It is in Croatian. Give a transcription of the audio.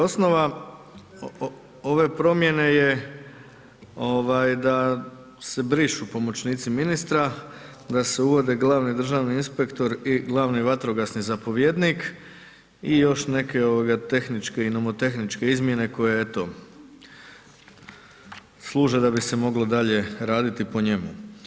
Osnova ove promjene je da se brišu pomoćnici ministra, da se uvode glavni državni inspektor i glavni vatrogasni zapovjednik i još neke tehničke i nomotehničke izmjene koje eto, služe da bi se moglo dalje raditi po njemu.